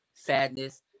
sadness